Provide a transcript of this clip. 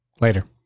Later